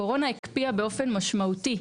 הקורונה הקפיאה באופן משמעותי,